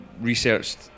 researched